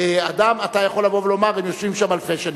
אתה יכול לבוא ולומר שהם יושבים שם אלפי שנים.